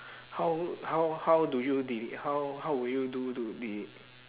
how how how do you dele~ how how would you do to delete